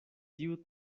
tiu